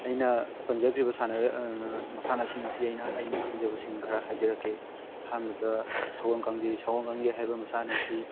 ꯑꯩꯅ ꯄꯟꯖꯈ꯭ꯔꯤꯕ ꯁꯥꯟꯅꯔꯣꯏ ꯃꯁꯥꯟꯅꯁꯤꯡ ꯑꯁꯤ ꯑꯩꯅ ꯑꯩꯅ ꯈꯪꯖꯕꯁꯤꯡ ꯈꯔ ꯍꯥꯏꯖꯔꯛꯀꯦ ꯑꯍꯥꯟꯕꯗ ꯁꯒꯣꯜ ꯀꯥꯡꯖꯩ ꯁꯒꯣꯜ ꯀꯥꯡꯖꯩ ꯍꯥꯏꯕ ꯃꯁꯥꯟꯅ ꯑꯁꯤ